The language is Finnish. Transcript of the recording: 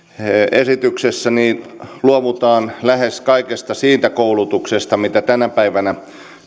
esityksessä luovutaan lähes kaikesta siitä koulutuksesta mitä tänä päivänä